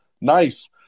Nice